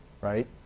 right